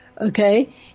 okay